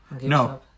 No